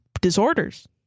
disorders